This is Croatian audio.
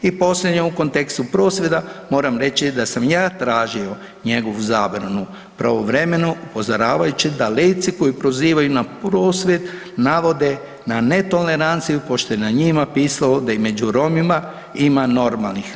I posljednje u kontekstu prosvjeda moram reći da sam ja tražio njegovu zabranu pravovremeno upozoravajući da leci koji prozivaju na prosvjed navode na netoleranciju pošto je na njima pisalo da i među Romima normalnih.